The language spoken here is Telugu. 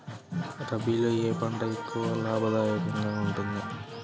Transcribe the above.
రబీలో ఏ పంట ఎక్కువ లాభదాయకంగా ఉంటుంది?